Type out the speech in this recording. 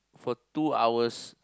for two hours